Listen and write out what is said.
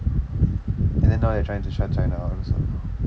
and then now their trying to shut china out also